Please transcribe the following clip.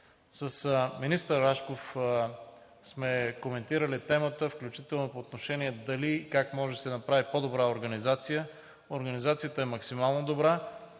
С министър Рашков сме коментирали темата, включително дали и как може да се направи по-добра организация. Организацията е максимално добра.